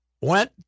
went